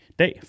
dag